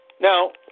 Now